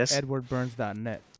EdwardBurns.net